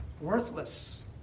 worthless